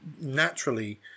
naturally